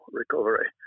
recovery